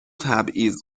تبعیض